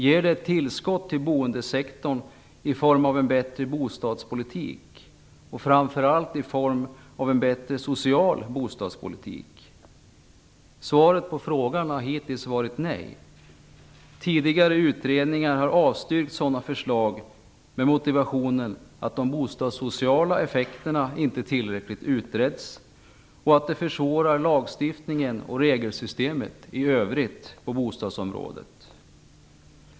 Ger det ett tillskott till boendesektorn i form av en bättre bostadspolitik, framför allt i form av en bättre social bostadspolitik? Svaret på frågan har hittills varit nej. Tidigare utredningar har avstyrkt sådana förslag med motiveringen att de bostadssociala effekterna inte har utretts tillräckligt och att det försvårar lagstiftningen och regelsystemet i övrigt på bostadsområdet.